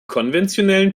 konventionellen